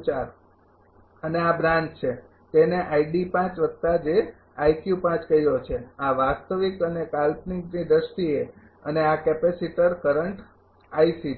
છે અને આ બ્રાન્ચ છે તેને કહ્યો છે આ વાસ્તવિક અને કાલ્પનિકની દ્રષ્ટિએ અને આ કેપેસિટર કરંટ છે